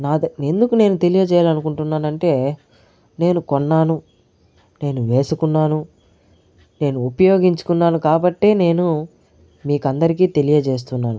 నాది ఎందుకు నేను తెలియచేయాలని అకుంటున్నాను అంటే నేను కొన్నాను వేసుకున్నాను నేను ఉపయోగించుకున్నాను కాబట్టి నేను మీకు అందరికి తెలియచేస్తున్నాను